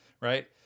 right